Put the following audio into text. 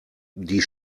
die